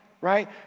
right